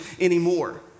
anymore